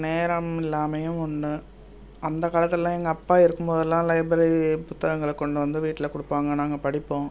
நேரம் இல்லாமையும் ஒன்று அந்த காலத்துலெலாம் எங்கள் அப்பா இருக்கும்போதெல்லாம் லைப்ரரி புத்தங்கங்களை கொண்டு வந்து வீட்டில் கொடுப்பாங்க நாங்கள் படிப்போம்